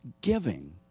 giving